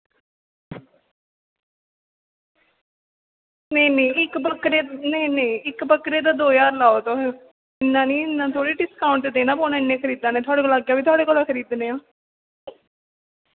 नेईं नेईं इक्क बक्करे दा दौ ज्हार लाओ तुस इन्ना थोह्ड़े इन्ना ते डिस्काऊंट देना पौना इन्ने खरीदा नै थुआढ़े कोला अग्गें बी थुआढ़े कोला खरीदने आं